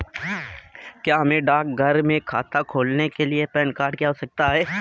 क्या हमें डाकघर में खाता खोलने के लिए पैन कार्ड की आवश्यकता है?